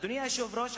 אדוני היושב-ראש,